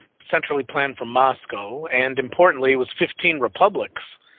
centrally planned from moscow, and importantly was fifteen republics,